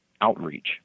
outreach